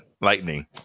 Lightning